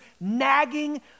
nagging